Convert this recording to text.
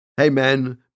amen